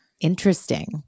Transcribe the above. interesting